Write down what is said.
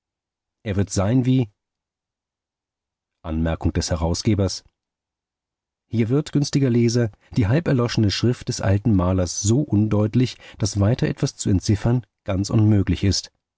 er wird sein wie anmerkung des herausgebers hier wird günstiger leser die halb erloschene schrift des alten malers so undeutlich daß weiter etwas zu entziffern ganz unmöglich ist